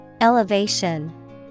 Elevation